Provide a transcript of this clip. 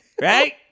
right